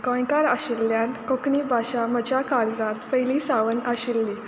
गोंयकार आशिल्ल्यान कोंकणी भाशा म्हज्या काळजांत पयलीं सावन आशिल्ली